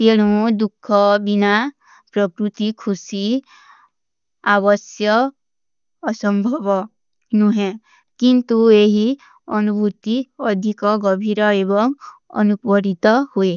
ତେଲୋଂ ଦୁଖା ବିନା ପ୍ରପ୍ରୁତି ଖୁଶୀ ଆଵଶ୍ଯ ଅସଂଭଵା ନୁହେଂ। କିଂଟୂ ଏହୀ ଅନୁଭୂତି ଅଧିକା ଗଭିରା ଏବଂ ଅନୁପରିତା ହୁଈ।